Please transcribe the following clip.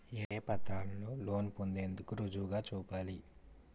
ఏ పత్రాలను లోన్ పొందేందుకు రుజువుగా చూపాలి?